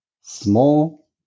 small